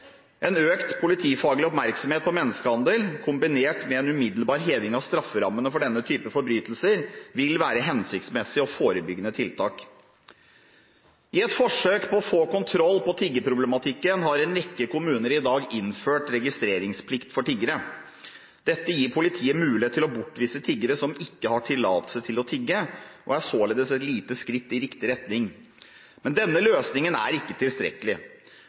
En økt politifaglig oppmerksomhet på menneskehandel kombinert med en umiddelbar heving av strafferammene for denne type forbrytelser vil være hensiktsmessige og forebyggende tiltak. I et forsøk på å få kontroll på tiggeproblematikken har en rekke kommuner i dag innført registreringsplikt for tiggere. Dette gir politiet mulighet til å bortvise tiggere som ikke har tillatelse til å tigge, og er således et lite skritt i riktig retning. Men denne løsningen er ikke tilstrekkelig